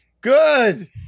good